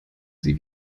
sie